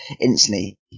instantly